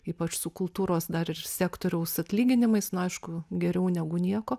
ypač su kultūros dar ir sektoriaus atlyginimais nu aišku geriau negu nieko